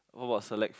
what about select